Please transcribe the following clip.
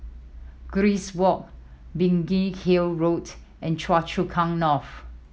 Grace Walk Biggin Hill Road and Choa Chu Kang North